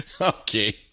Okay